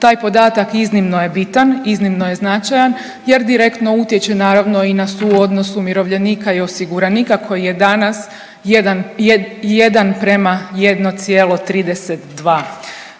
Taj podatak iznimno je bitan, iznimno je značajan jer direktno utječe naravno i na suodnos umirovljenika i osiguranika koji je danas 1:1,32.